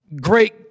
Great